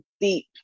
deep